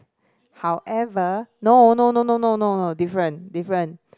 however no no no no no no different different